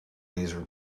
these